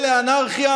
שקורא לאנרכיה,